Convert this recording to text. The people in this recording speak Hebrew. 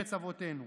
בארץ אבותינו.